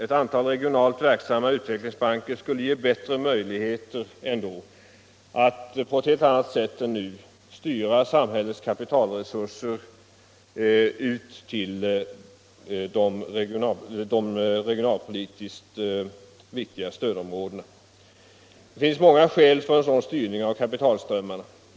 Ett antal regionalt verksamma utvecklingsbanker skulle ge bättre möjligheter än de vi nu har att styra samhällets kapitalresurser till de regionalpolitiskt viktiga stödområdena. Det finns många skäl för en sådan styrning av kapitalströmmarna.